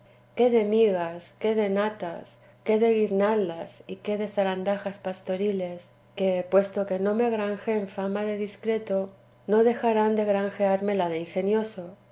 qué de natas qué de guirnaldas y qué de zarandajas pastoriles que puesto que no me granjeen fama de discreto no dejarán de granjearme la de ingenioso